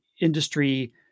industry